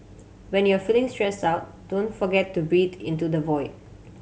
when you are feeling stressed out don't forget to breathe into the void